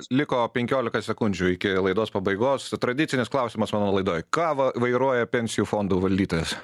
liko penkiolika sekundžių iki laidos pabaigos tradicinis klausimas mano laidoj ka va vairuoja pensijų fondų valdytojas